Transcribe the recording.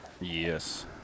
Yes